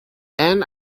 and